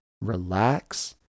relax